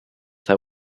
that